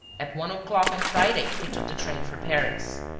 at one o'clock on friday, he took the train for paris.